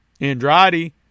Andrade